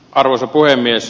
arvoisa puhemies